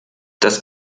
das